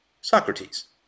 Socrates